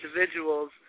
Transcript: individuals